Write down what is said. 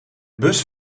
bus